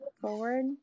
forward